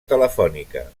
telefònica